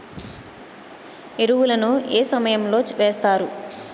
ఎరువుల ను ఏ సమయం లో వేస్తారు?